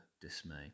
dismay